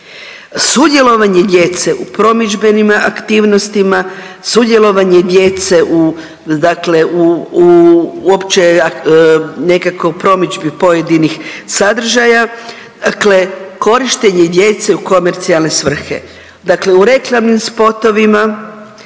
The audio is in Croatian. Sudjelovanje djece u promidžbenim aktivnostima, sudjelovanje djece u dakle, u, u, uopće nekakvoj promidžbi pojedinih sadržaja, dakle korištenje djece u komercijalne svrhe, dakle u reklamnim spotovima